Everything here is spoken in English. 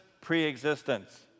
preexistence